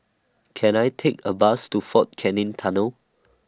Can I Take A Bus to Fort Canning Tunnel